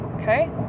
okay